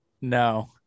No